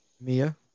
Mia